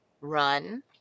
run